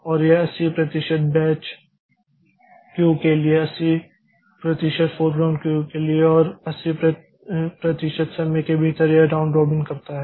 और यह 80 प्रतिशत बैच क्यू के लिए 80 प्रतिशत फोरग्राउंड क्यू के लिए और 80 प्रतिशत समय के भीतर यह राउंड रॉबिन करता है